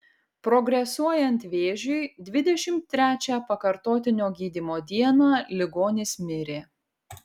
progresuojant vėžiui dvidešimt trečią pakartotinio gydymo dieną ligonis mirė